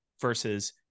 versus